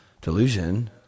Delusion